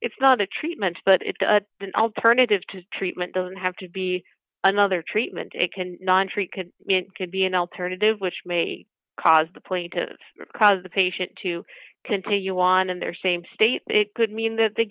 it's not a treatment but it's an alternative to treatment doesn't have to be another treatment it can non treat could could be an alternative which may cause the plane to cause the patient to continue on in their same state it could mean that they